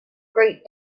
great